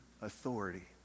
authority